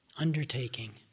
undertaking